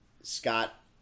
Scott